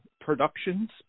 Productions